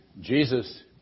Jesus